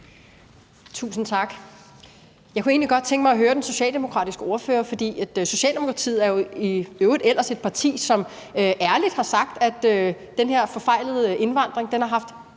Tusind tak. Jeg kunne egentlig godt tænke mig at høre den socialdemokratiske ordfører – for Socialdemokratiet er jo i øvrigt ellers et parti, som ærligt har sagt, at den her forfejlede indvandringspolitik